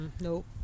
Nope